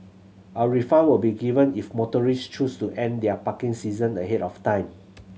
a refund will be given if motorist choose to end their parking session ahead of time